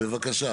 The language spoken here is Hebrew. בבקשה.